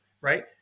right